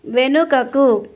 వెనుకకు